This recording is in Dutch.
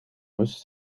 wist